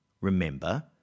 Remember